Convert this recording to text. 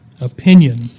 opinion